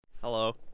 Hello